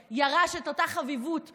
שירש את אותה חביבות מאובמה,